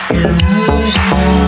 illusion